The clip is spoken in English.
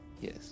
Yes